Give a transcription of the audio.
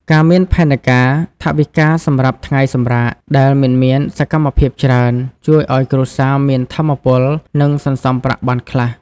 ការមានផែនការថវិកាសម្រាប់ "ថ្ងៃសម្រាក" ដែលមិនមានសកម្មភាពច្រើន ជួយឱ្យគ្រួសារមានថាមពល និងសន្សំប្រាក់បានខ្លះ។